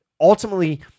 ultimately